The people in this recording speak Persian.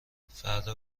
فردا